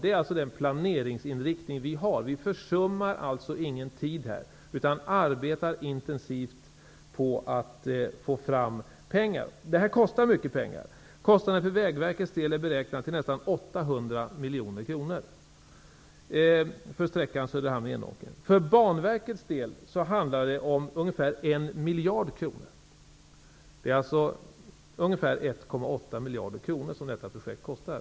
Det är alltså den planeringsinriktning som vi har. Vi försummar alltså ingen tid här utan arbetar intensivt på att få fram pengarna, för det kostar mycket pengar. Enånger. För Banverkets del handlar det om ungefär 1 miljard kronor. Det är alltså ungefär 1,8 miljarder kronor som detta projekt kostar.